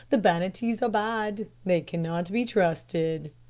the banattees are bad they cannot be trusted.